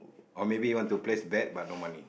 or maybe he want to place bet but no money